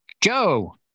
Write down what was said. Joe